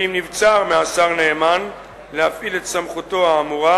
אם נבצר מהשר נאמן להפעיל את סמכותו האמורה,